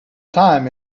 time